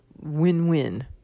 win-win